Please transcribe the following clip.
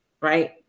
right